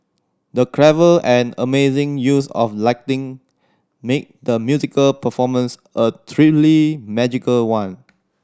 the clever and amazing use of lighting made the musical performance a truly magical one